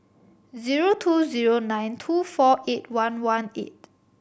zero two zero nine two four eight one one eight